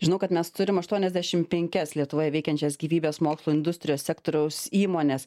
žinau kad mes turim aštuoniasdešimt penkias lietuvoje veikiančias gyvybės mokslų industrijos sektoriaus įmones